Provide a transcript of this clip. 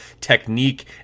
technique